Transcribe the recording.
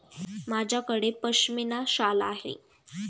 माझ्याकडे पश्मीना शाल आहे